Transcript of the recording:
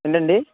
ఏంటండి